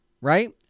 right